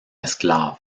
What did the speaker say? esclave